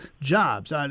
jobs